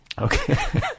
Okay